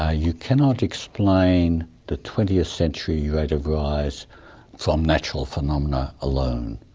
ah you cannot explain the twentieth century rate of rise from natural phenomena alone.